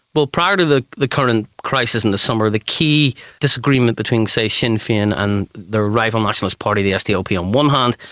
well, prior to the the current crisis in the summer, the key disagreement between, say, sinn fein and the rival nationalist party the sdlp on one hand,